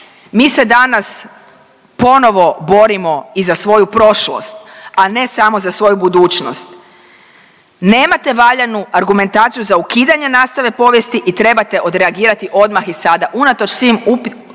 Mi se danas ponovno borimo i za svoju prošlost, a ne samo za svoju budućnost. Nemate valjanu argumentaciju za ukidanje nastave povijesti i trebate odreagirati odmah i sada unatoč svim upitima